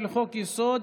לחוק-יסוד: